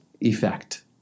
effect